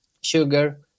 sugar